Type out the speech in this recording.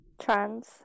Trans